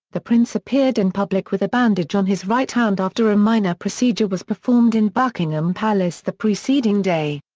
the prince appeared in public with a bandage on his right hand after a minor procedure was performed in buckingham palace the preceding day.